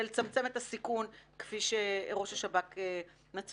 לצמצם את הסיכון כפי שראש השב"כ מצביע.